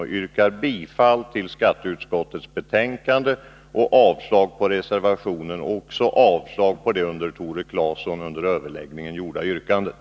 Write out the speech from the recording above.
Jag yrkar bifall till skatteutskottets hemställan i betänkandet och avslag på reservationen, och jag yrkar vidare avslag också på det av Tore Claeson under överläggningen framställda yrkandet.